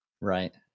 Right